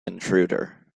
intruder